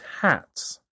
hats